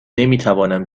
نمیتوانم